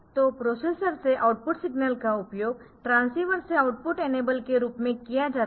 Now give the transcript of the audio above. तो प्रोसेसर से output signal का उपयोग ट्रांसीवर के आउटपुट इनेबल के रूप में किया जाता है